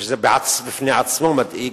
וזה בפני עצמו מדאיג,